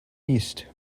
east